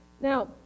Now